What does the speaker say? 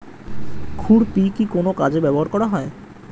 খুরপি কি কোন কাজে ব্যবহার করা হয়?